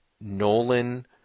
Nolan